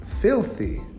filthy